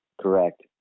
Correct